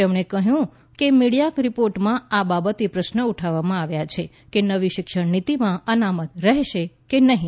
તેમણે કહ્યું કે કેટલાંક મીડિયા રીપોર્ટમાં આ બાબતે પ્રશ્નો ઉઠાવવામાં આવ્યા છે કે નવી શિક્ષણ નીતિમાં અનામત રહેશે કે નહીં